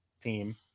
team